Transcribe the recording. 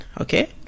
Okay